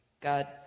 God